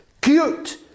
cute